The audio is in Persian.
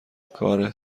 کار